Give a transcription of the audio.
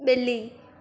बि॒ली